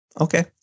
Okay